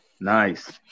Nice